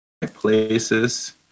places